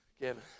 Kevin